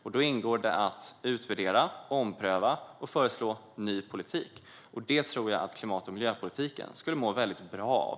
Där ingår att utvärdera, ompröva och föreslå ny politik. Det tror jag att klimat och miljöpolitiken i Sverige skulle må väldigt bra av.